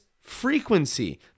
frequency